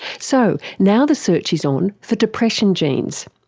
so, now the search is on for depression genes,